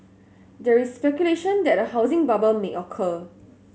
there is speculation that a housing bubble may occur